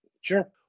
sure